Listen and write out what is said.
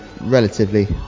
relatively